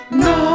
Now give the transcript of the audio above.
no